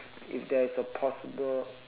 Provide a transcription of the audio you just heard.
if there is a possible